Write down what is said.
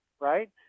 right